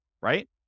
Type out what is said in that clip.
right